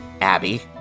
Abby